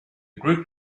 group